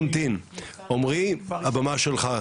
הבמה שלך,